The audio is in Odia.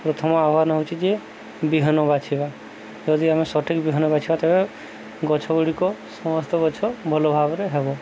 ପ୍ରଥମ ଆହ୍ୱାନ ହେଉଛି ଯେ ବିହନ ବାଛିବା ଯଦି ଆମେ ସଠିକ ବିହନ ବାଛିବା ତେବେ ଗଛଗୁଡ଼ିକ ସମସ୍ତ ଗଛ ଭଲଭାବରେ ହେବ